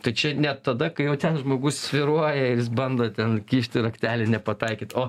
tai čia net tada kai jau ten žmogus svyruoja ir jis bando ten kišti raktelį nepataikyt o